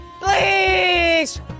Please